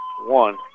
One